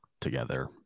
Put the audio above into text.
together